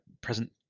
present